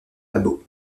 lavabo